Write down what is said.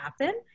happen